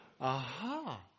aha